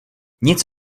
nic